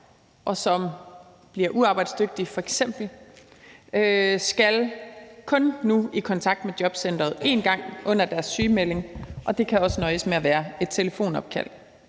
og som bliver uarbejdsdygtige, skal f.eks. kun nu i kontakt med jobcenteret én gang under deres sygemelding, og det kan også nøjes med at være et telefonopkald.